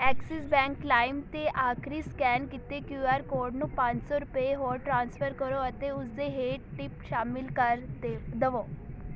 Axis Bank ਲਾਇਮ 'ਤੇ ਆਖਰੀ ਸਕੈਨ ਕੀਤੇ ਕਿਊ ਆਰ ਕੋਡ ਨੂੰ ਪੰਜ ਸੌ ਰੁਪਏ ਹੋਰ ਟ੍ਰਾਂਸਫਰ ਕਰੋ ਅਤੇ ਉਸ ਦੇ ਹੇਠ ਟਿਪ ਸ਼ਾਮਿਲ ਕਰ ਦੇ ਦਵੋ